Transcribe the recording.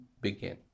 begin